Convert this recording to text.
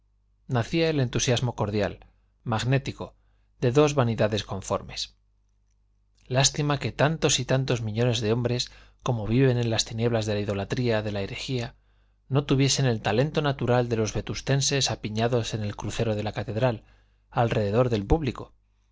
nacía el entusiasmo cordial magnético de dos vanidades conformes lástima que tantos y tantos millones de hombres como viven en las tinieblas de la idolatría de la herejía etc no tuviesen el talento natural de los vetustenses apiñados en el crucero de la catedral alrededor del público